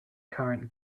current